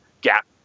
gap